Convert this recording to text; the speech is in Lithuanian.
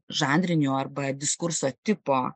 žanriniu arba diskurso tipo